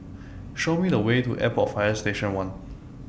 Show Me The Way to Airport Fire Station one